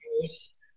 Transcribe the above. years